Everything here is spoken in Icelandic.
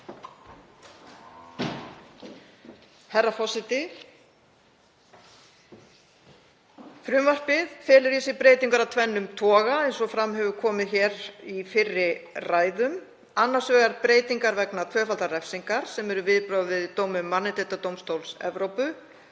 Herra forseti. Frumvarpið felur í sér breytingar af tvennum toga, eins og fram hefur komið í fyrri ræðum. Annars vegar breytingar vegna tvöfaldrar refsingar sem eru viðbrögð við dómum Mannréttindadómstóls Evrópu.